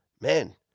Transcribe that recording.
man